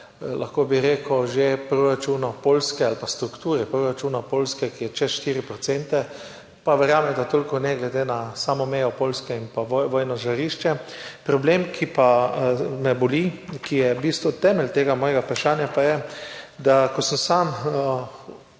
lahko bi rekel, proračunu Poljske ali pa strukturi proračuna Poljske, ki je čez 4 %. Pa verjamem, da toliko ne, glede na samo mejo Poljske in vojno žarišče. Problem, ki pa me boli, ki je v bistvu temelj tega mojega vprašanja, je, da ko sem sam